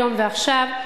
היום ועכשיו,